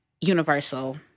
Universal